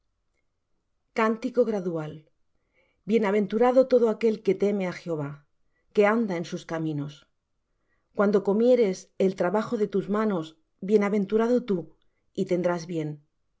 cántico gradual bienaventurado todo aquel que teme á jehová que anda en sus caminos cuando comieres el trabajo de tus manos bienaventurado tú y tendrás bien